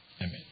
Amen